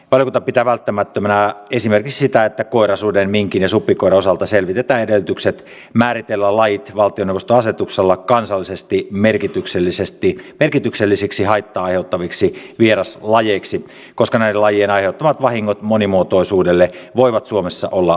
valiokunta pitää välttämättömänä esimerkiksi sitä että koirasuden minkin ja supikoiran osalta selvitetään edellytykset määritellä lajit valtioneuvoston asetuksella kansallisesti merkityksellisiksi haittaa aiheuttaviksi vieraslajeiksi koska näiden lajien aiheuttamat vahingot monimuotoisuudelle voivat suomessa olla suuria